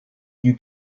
you